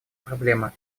проблема